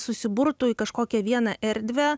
susiburtų į kažkokią vieną erdvę